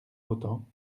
autant